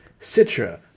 Citra